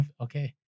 Okay